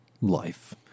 life